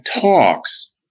talks